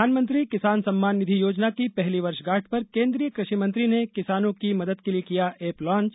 प्रधानमंत्री किसान सम्मान निधि योजना की पहली वर्षगांठ पर केन्द्रीय कृषि मंत्री ने किसानों की मदद के लिए किया एप लांच